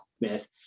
myth